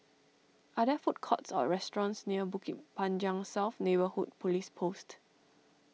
are there food courts or restaurants near Bukit Panjang South Neighbourhood Police Post